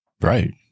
Right